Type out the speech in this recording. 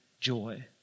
joy